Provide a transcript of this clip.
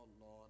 Lord